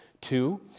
Two